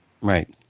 Right